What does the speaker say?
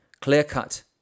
clear-cut